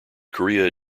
korea